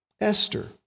Esther